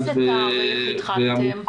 מתי התחלתם?